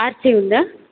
RC ఉందా